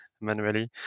manually